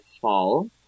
fall